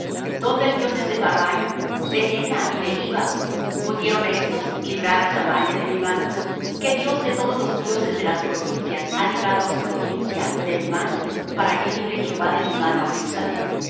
dónde el dios de sepharvaim de hena y de hiva pudieron éstos librar á samaria de mi mano qué dios de todos los dioses de las provincias ha librado á su provincia de mi mano para que libre jehová de mi mano á jerusalem